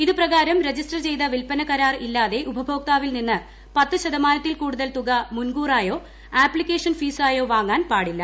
ഇതുപ്രകാരം register ചെയ്ത വിൽപന കരാർ ഇല്ലാതെ ഉപഭോക്താവിൽ നിന്ന് പത്തു ശതമാനത്തിൽ കൂടുതൽ തുക മുൻകൂറായോ ആപ്പിക്കേഷൻ ഫ്ടീസ്ട്യോ വാങ്ങാൻ പാടില്ല